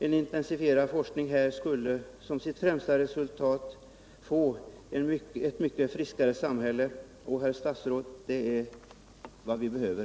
En intensifierad forskning inom idrottsmedicinen skulle som sitt främsta resultat få ett mycket friskare samhälle och, herr statsråd, det är vad vi behöver.